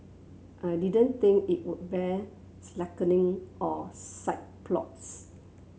I didn't think it would bear slackening or side plots